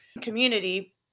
community